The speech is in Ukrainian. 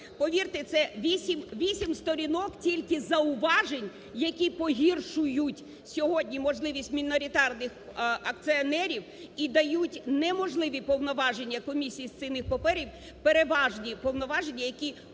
Повірте, це 8 сторінок тільки зауважень, які погіршують сьогодні можливість міноритарних акціонерів і дають неможливі повноваження Комісії з цінних паперів, переважні повноваження, які погіршують,